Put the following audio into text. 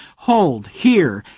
hold, here,